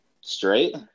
Straight